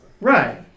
Right